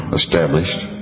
established